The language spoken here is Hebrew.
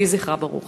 יהי זכרה ברוך.